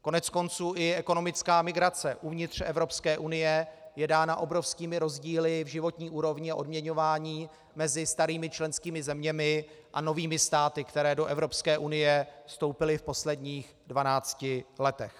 Koneckonců i ekonomická migrace uvnitř Evropské unie je dána obrovskými rozdíly v životní úrovni a odměňování mezi starými členskými zeměmi a novými státy, které do Evropské unie vstoupily v posledních 12 letech.